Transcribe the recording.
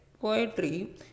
poetry